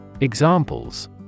Examples